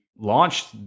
launched